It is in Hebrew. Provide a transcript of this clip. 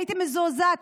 הייתי מזועזעת.